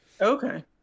okay